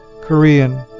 Korean